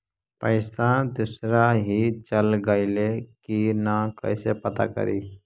पैसा दुसरा ही चल गेलै की न कैसे पता करि?